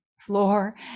floor